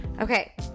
Okay